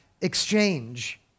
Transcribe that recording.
exchange